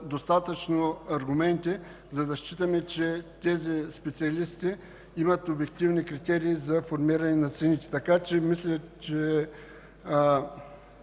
достатъчно аргументи, за да считаме, че тези специалисти имат обективни критерии за формиране на цените. Мисля, че